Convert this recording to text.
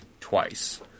twice